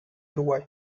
uruguay